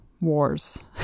wars